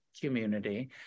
community